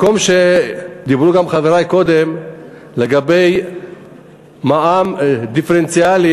דיברו גם חברי קודם על מע"מ דיפרנציאלי,